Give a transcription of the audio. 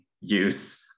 use